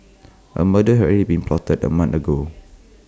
A murder had already been plotted A month ago